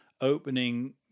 opening